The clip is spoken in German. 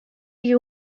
die